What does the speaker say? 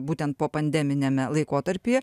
būtent po pandeminiame laikotarpyje